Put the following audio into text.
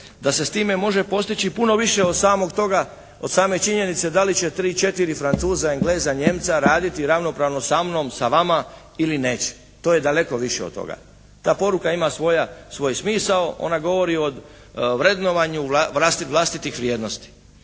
da s time može postići puno više od samog toga, od same činjenice da li će 3, 4 Francuza, Engleza, Nijemca raditi ravnopravno sa mnom, sa vama ili neće, to je daleko više od toga. Ta poruka ima svoj smisao. Ona govori o vrednovanju vlastitih vrijednosti.